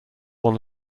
one